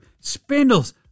Spindles